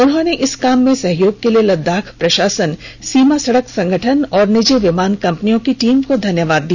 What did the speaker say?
उन्होंने इस काम में सहयोग के लिए लददाख प्रष्णासन सीमा सड़क संगठन और निजी विमान कंपनियों की टीम को धन्यवाद दिया